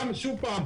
אתה יודע,